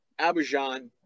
Abidjan